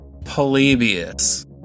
Polybius